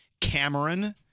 Cameron